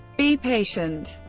be patient.